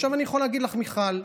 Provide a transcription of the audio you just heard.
עכשיו, אני יכול להגיד לך, מיכל,